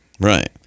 Right